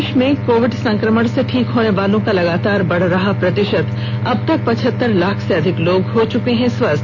देश में कोविड संक्रमण से ठीक होने वालों का लगातार बढ़ रहा प्रतिशत अब तक पचहत्तर त् लाख से अधिक लोग हो चूके है स्वस्थ